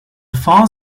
far